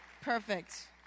perfect